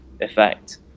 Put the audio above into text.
effect